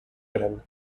gran